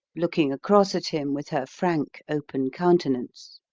looking across at him with her frank, open countenance.